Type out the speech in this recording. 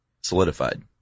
solidified